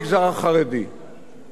וגם במגזר הערבי,